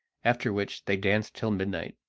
after which they danced till midnight.